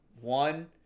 one